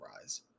rise